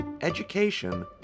education